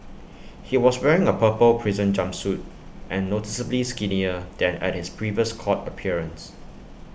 he was wearing A purple prison jumpsuit and noticeably skinnier than at his previous court appearance